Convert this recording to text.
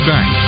Bank